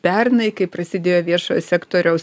pernai kai prasidėjo viešojo sektoriaus